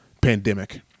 pandemic